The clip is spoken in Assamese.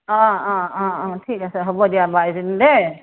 অ অ অ অ ঠিক আছে হ'ব দিয়া হ'ব আইজনী দেই